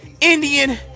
Indian